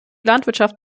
landwirtschaft